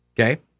okay